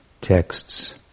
texts